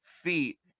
feet